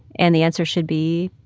and the answer should be,